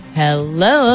hello